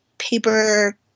paper